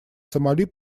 сомали